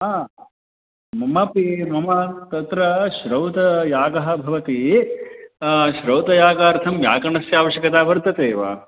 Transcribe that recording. ममपि मम तत्र श्रौतयागः भवति श्रौतयागार्थं व्याकरणस्य आवश्यकता वर्तते वा